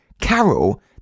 Carol